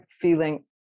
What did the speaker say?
feeling